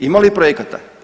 Ima li projekata?